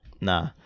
Nah